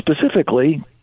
Specifically